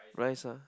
rice ah